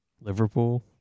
Liverpool